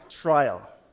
trial